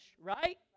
right